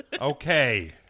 Okay